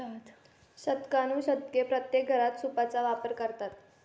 शतकानुशतके प्रत्येक घरात सूपचा वापर करतात